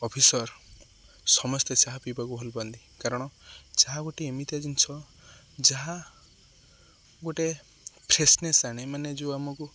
officer ସମସ୍ତେ ଚା ପିଇବାକୁ ଭଲ ପାଆନ୍ତି କାରଣ ଚା ଗୋଟିେ ଏମିତିଆ ଜିନିଷ ଯାହା ଗୋଟେ ଫ୍ରେଶନେସ୍ ଆଣେ ମାନେ ଯେଉଁ ଆମକୁ